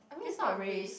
this not race